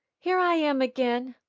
here i am again!